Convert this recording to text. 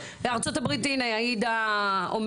--- עאידה,